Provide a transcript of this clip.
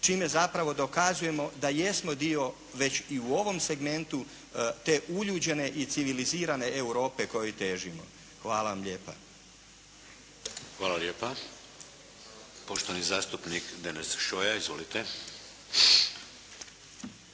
čime zapravo dokazujemo da jesmo dio već i u ovom segmentu te uljuđene i civilizirane Europe kojoj težimo. Hvala vam lijepa. **Šeks, Vladimir (HDZ)** Hvala lijepa. Poštovani zastupnik Deneš Šoja. Izvolite!